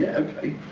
ok,